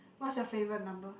what's your favourite number